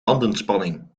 bandenspanning